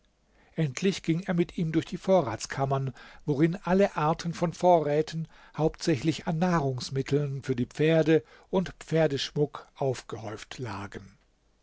endlich ging er mit ihm durch die vorratskammern worin alle arten von vorräten hauptsächlich an nahrungsmitteln für die pferde und pferdeschmuck aufgehäuft lagen